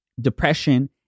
depression